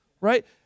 Right